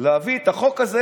את החוק הזה